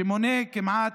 שמונה כמעט,